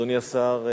אדוני השר,